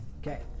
Okay